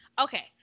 Okay